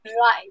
Right